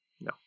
no